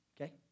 Okay